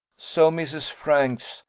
so, mrs. franks,